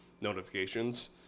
notifications